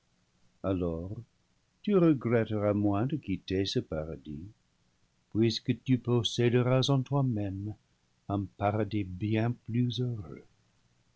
alors tu regretteras moins de quitter ce paradis puisque tu posséderas en toi-même un paradis bien plus heureux